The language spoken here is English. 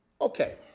Okay